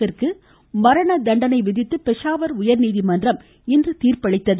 ப்பிற்கு மரண தண்டனை விதித்து பெஷாவர் உயர்நீதிமன்றம் இன்று தீர்ப்பளித்தது